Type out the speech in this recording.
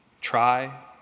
try